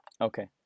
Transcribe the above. Okay